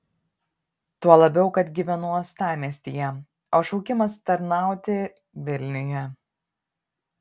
tuo labiau kad gyvenu uostamiestyje o šaukimas tarnauti vilniuje